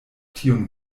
tiun